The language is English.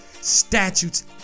statutes